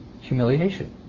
humiliation